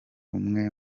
umwe